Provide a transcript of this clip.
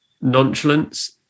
nonchalance